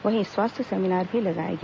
वहीं स्वास्थ्य सेमीनार भी लगाया गया